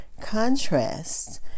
contrasts